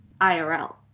IRL